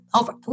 over